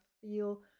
feel